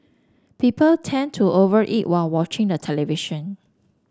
people tend to over eat while watching the television